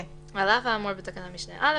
אף האמור בתקנת משנה (א),